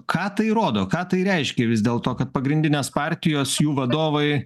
ką tai rodo ką tai reiškia vis dėl to kad pagrindinės partijos jų vadovai